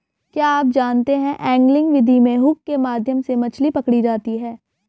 क्या आप जानते है एंगलिंग विधि में हुक के माध्यम से मछली पकड़ी जाती है